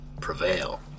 prevail